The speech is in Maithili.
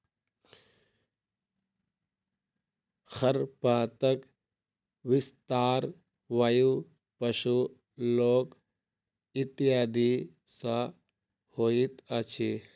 खरपातक विस्तार वायु, पशु, लोक इत्यादि सॅ होइत अछि